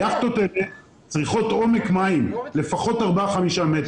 היכטות האלה צריכות עומק מים של לפחות ארבעה-חמישה מטרים.